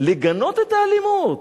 לגנות את האלימות.